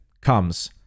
comes